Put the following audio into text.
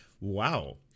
Wow